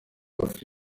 bafite